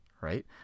right